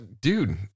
Dude